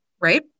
Right